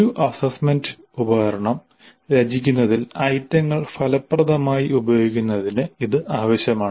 ഒരു അസ്സസ്സ്മെന്റ് ഉപകരണം രചിക്കുന്നതിൽ ഐറ്റങ്ങൾ ഫലപ്രദമായി ഉപയോഗിക്കുന്നതിന് ഇത് ആവശ്യമാണ്